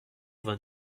vingt